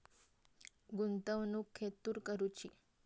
गुंतवणुक खेतुर करूची?